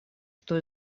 что